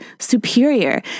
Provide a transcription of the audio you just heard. superior